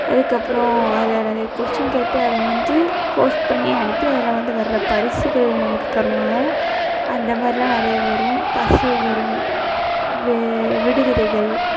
அதுக்கப்பறம் அதில் நிறைய கொஸ்டின் கேட்டு அதை வந்து போஸ்ட் பண்ணி அனுப்பி அதில் வந்து வர்ற பரிசுகள் நமக்கு தருவாங்க அந்த மாதிரி தான் நிறைய வரும் பஸுல் வரும் வி விடுகதைகள்